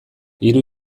hiru